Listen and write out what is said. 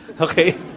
Okay